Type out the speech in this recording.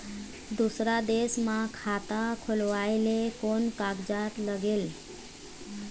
दूसर देश मा खाता खोलवाए ले कोन कागजात लागेल?